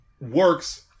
works